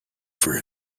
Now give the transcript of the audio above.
for